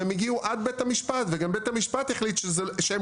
הם הגיעו עד בית המשפט וגם בית המשפט החליט שהם